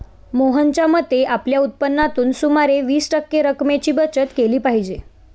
मोहनच्या मते, आपल्या उत्पन्नातून सुमारे वीस टक्के रक्कमेची बचत केली पाहिजे